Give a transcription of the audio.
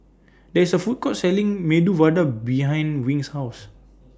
There IS A Food Court Selling Medu Vada behind Wing's House